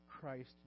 Christ